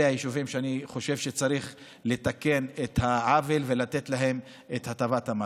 אלה היישובים שאני חושב שצריך לתקן את העוול ולתת להם את הטבת המס.